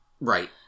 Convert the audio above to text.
Right